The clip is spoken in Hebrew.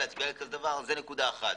זו נקודה אחת.